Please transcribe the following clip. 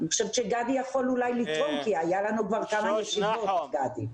אני חושבת שגדי יכול אולי לתרום כי היה לנו כבר כמה ישיבות עם גדי.